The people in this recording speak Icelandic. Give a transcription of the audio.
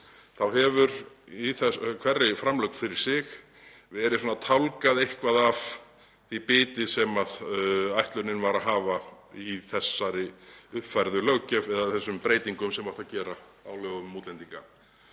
hefur í hverri framlögn fyrir sig verið tálgað eitthvað af því biti sem ætlunin var að hafa í þessari uppfærðu löggjöf eða þessum breytingum sem átti að gera á lögum um útlendinga.